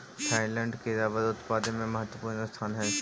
Thailand के rubber उत्पादन में महत्त्वपूर्ण स्थान हइ